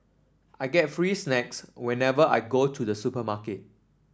I get free snacks whenever I go to the supermarket